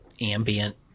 ambient